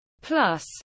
Plus